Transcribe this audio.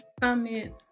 comment